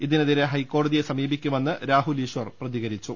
ഇതിനെതിരെ ഹൈക്കോടതിയെ സമീപിക്കുമെന്ന് രാഹുൽ ഈശ്വർ പ്രതികരിച്ചു